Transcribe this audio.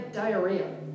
Diarrhea